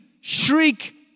shriek